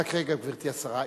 רק רגע, גברתי השרה.